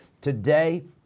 Today